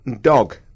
dog